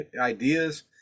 ideas